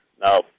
no